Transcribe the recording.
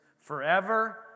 forever